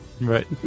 Right